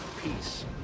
peace